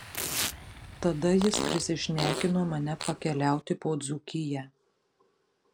tada jis prisišnekino mane pakeliauti po dzūkiją